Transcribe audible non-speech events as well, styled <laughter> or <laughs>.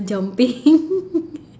jumping <laughs>